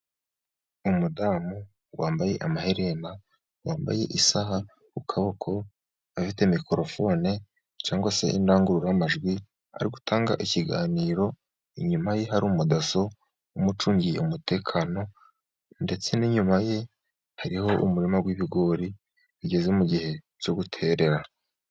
Umudamu wambaye amaherena, wambaye isaha ku kuboko, afite mikorofone cyangwa se indangururamajwi ari gutanga ikiganiro. Inyuma ye hari umudaso umucungiye umutekano, ndetse n' inyuma ye hariho umurima w'ibigori bigeze mu gihe cyo guterera.